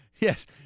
Yes